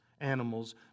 animals